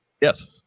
Yes